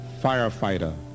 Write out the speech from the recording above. Firefighter